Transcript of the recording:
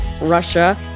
Russia